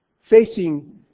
facing